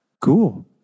Cool